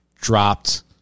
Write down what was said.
dropped